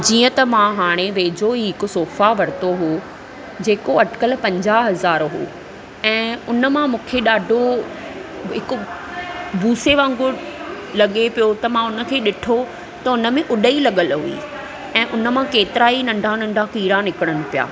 जीअं त मां हाणे वेझो ई हाणे हिकु स़ोफा वठितो हो जेको अटिकल पंजाह हज़ार हो ऐं उन मां मूंखे डा॒ढो हिकु भूसे वांगुर लगे॒ पियो त मां उन खे डि॒ठो त उनमें उड॒ही लग॒ल हुई ऐं उन मां केतिरा ई नंढा नंढा कीड़ा निकरनि पया